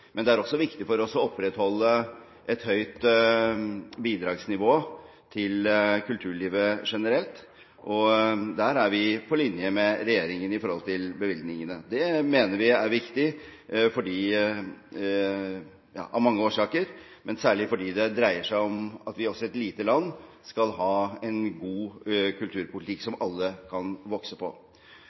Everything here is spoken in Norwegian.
Men det er også viktig for oss å opprettholde et høyt bidragsnivå til kulturlivet generelt, og der er vi på linje med regjeringen når det gjelder bevilgningene. Det mener vi er viktig av mange årsaker, men særlig fordi det dreier seg om at vi også i et lite land skal ha en god kulturpolitikk som alle kan vokse på.